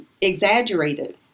exaggerated